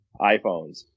iPhones